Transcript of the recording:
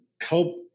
help